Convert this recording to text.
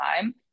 time